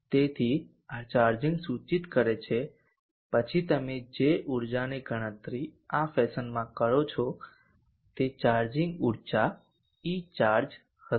તેથી આ ચાર્જિંગ સૂચિત કરે છે પછી તમે જે ઊર્જાની ગણતરી આ ફેશનમાં કરો છો તે ચાર્જિંગ ઊર્જા Echarge હશે